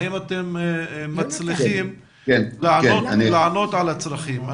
האם אתם מצליחים לענות על הצרכים?